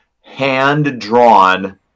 hand-drawn